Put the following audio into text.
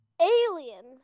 alien